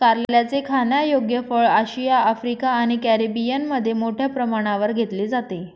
कारल्याचे खाण्यायोग्य फळ आशिया, आफ्रिका आणि कॅरिबियनमध्ये मोठ्या प्रमाणावर घेतले जाते